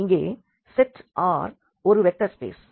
இங்கே set R ஒரு vector space